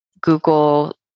google